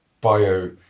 bio